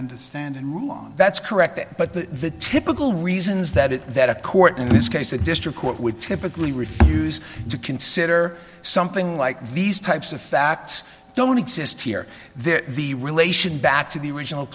understand that's correct but the typical reasons that is that a court in this case the district court would typically refuse to consider something like these types of facts don't exist here they're the relation back to the original